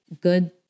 good